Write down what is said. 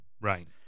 Right